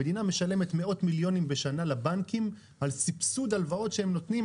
המדינה משלמת מאות מיליונים בשנה לבנקים על סבסוד הלוואות שהם נותנים,